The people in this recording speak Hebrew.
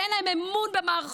כי אין להם אמון במערכות.